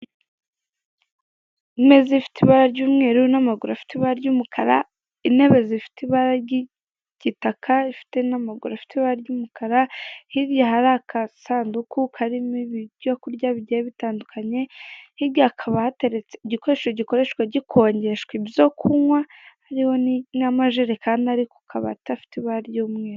Imeza ifite ibara ry'umweru, n'amaguru afite ibara ry'umukara, intebe zifite ibara ry'igitaka, ifite n'amaguru afite ibara ry'umukara, hirya hari akasanduku karimo ibi byo kurya bigiye bitandukanye, hirya hakaba hateretse igikoresho gikoreshwa gikonjeshwa ibyo kunywa, ni n'amajerekani ari ku kabati afite ibara ry'umweru.